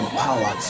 power